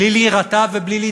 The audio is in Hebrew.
בלי להירתע ובלי להתבלבל,